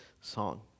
song